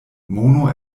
mono